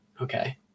Okay